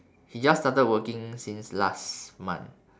he just started working since last month